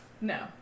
No